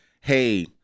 hey